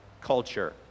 culture